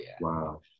wow